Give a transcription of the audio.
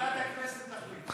ועדת הכנסת תחליט.